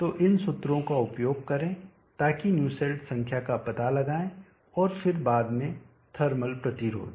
तो इन सूत्रों का उपयोग करें ताकि न्यूसेल्ट संख्या का पता लगाएं और फिर बाद में थर्मल प्रतिरोध